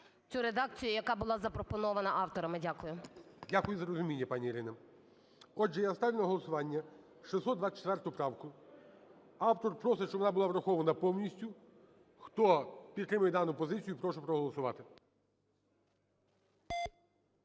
цю редакцію, яка була запропонована авторами. Дякую. ГОЛОВУЮЧИЙ. Дякую за розуміння, пані Ірина. Отже, я ставлю на голосування 624 правку. Автор просить, щоб вона була врахована повністю. Хто підтримує дану позицію, прошу проголосувати.